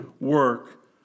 work